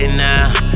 now